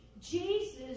Jesus